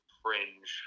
fringe